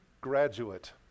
graduate